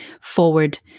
forward